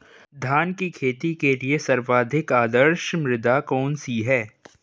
धान की खेती के लिए सर्वाधिक आदर्श मृदा कौन सी है?